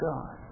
God